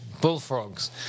bullfrogs